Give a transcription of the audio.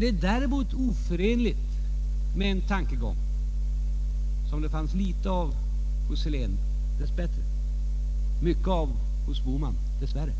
Det är däremot oförenligt med en tankegång, som det dess bättre fanns litet av hos herr Helén men dess värre mycket av hos herr Bohman, nämligen